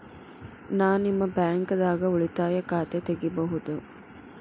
ನಾ ನಿಮ್ಮ ಬ್ಯಾಂಕ್ ದಾಗ ಉಳಿತಾಯ ಖಾತೆ ತೆಗಿಬಹುದ?